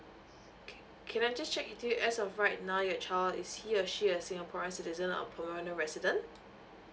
K can I just check with you as of right now your child is he or she a singapore citizen or a permanent resident